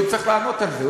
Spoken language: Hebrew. הוא צריך לענות על זה,